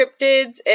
cryptids